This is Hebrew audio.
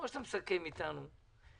או שאתה מסכם איתנו,